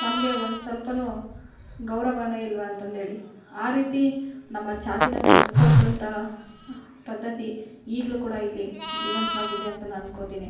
ನಮಗೆ ಒಂದು ಸೊಲ್ಪನು ಗೌರವನೇ ಇಲ್ಲವಾ ಅಂತಂದ್ಹೇಳಿ ಆ ರೀತಿ ನಮ್ಮ ಜಾತಿನ ನಡ್ಸ್ಕೊಳತದ್ ಅಂತಹ ಪದ್ಧತಿ ಈಗಲೂ ಕೂಡ ಇಲ್ಲಿ ಜೀವಂತವಾಗಿದೆ ಅಂತ ನಾನು ಅನ್ಕೊಳ್ತೀನಿ